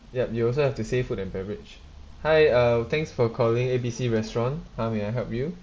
yup you also have to say food and beverage hi uh thanks for calling A B C restaurant how may I help you